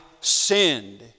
sinned